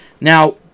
Now